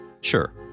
Sure